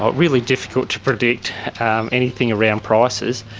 but really difficult to predict anything around prices.